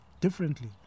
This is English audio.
differently